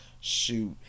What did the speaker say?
shoot